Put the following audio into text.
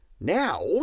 Now